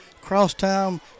Crosstown